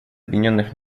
объединенных